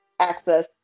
access